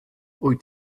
wyt